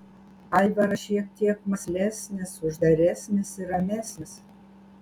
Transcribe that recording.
aivaras šiek tiek mąslesnis uždaresnis ir ramesnis